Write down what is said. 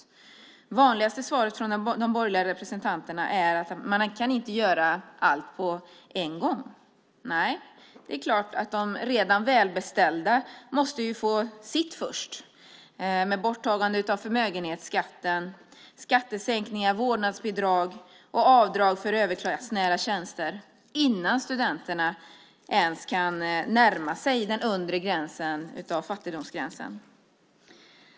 Det vanligaste svaret från de borgerliga representanterna är att man inte kan göra allt på en gång. Nej, det är klart att de redan välbeställda måste få sitt först med borttagande av förmögenhetsskatten, skattesänkningarna, vårdnadsbidrag och avdrag för överklassnära tjänster innan studenterna kanske kan närma sig ens den undre gränsen av fattigdomsgränsen.